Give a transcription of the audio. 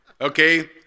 Okay